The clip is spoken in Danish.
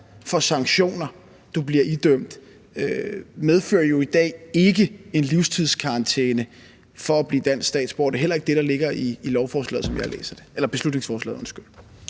for sanktioner, du bliver idømt, medfører jo i dag ikke en livstidskarantæne fra at blive dansk statsborger, og det er heller ikke det, der ligger i beslutningsforslaget,